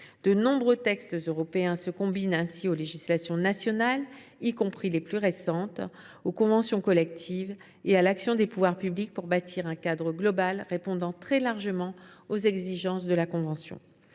De nombreux textes européens se combinent ainsi aux législations nationales, y compris les plus récentes, aux conventions collectives et à l’action des pouvoirs publics pour bâtir un cadre global répondant très largement aux exigences de la convention.